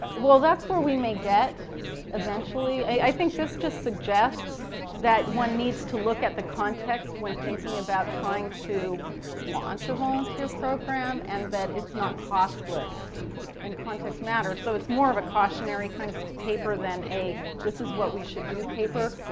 well, that's where we may get eventually. i think this just suggests that one needs to look at is the context when thinking about trying to launch a volunteer program and that it's not costless and context matters, so it's more of a cautionary kind of paper than a this is what we should do paper.